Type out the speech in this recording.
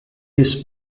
his